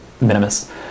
Minimus